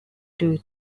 two